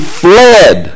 fled